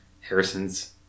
Harrison's